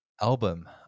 Album